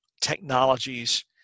technologies